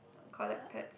collect pads